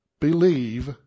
believe